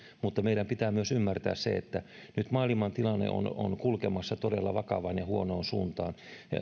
mutta meidän pitää myös ymmärtää se että maailman tilanne on nyt kulkemassa todella vakavaan ja huonoon suuntaan